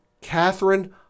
Catherine